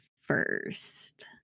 first